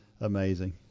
amazing